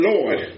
Lord